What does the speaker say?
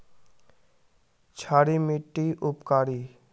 क्षारी मिट्टी उपकारी?